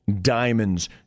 diamonds